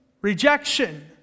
rejection